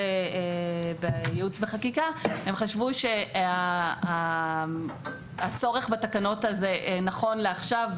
בייעוץ וחקיקה הם חשבו שהצורך בתקנות נכון לעכשיו,